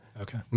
Okay